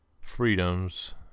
freedoms